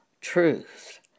truth